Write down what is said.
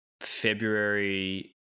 February